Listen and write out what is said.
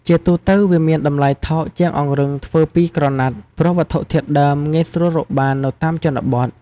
ជាទូទៅ វាមានតម្លៃថោកជាងអង្រឹងធ្វើពីក្រណាត់ ព្រោះវត្ថុធាតុដើមងាយស្រួលរកបាននៅតាមជនបទ។